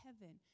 heaven